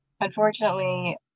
Unfortunately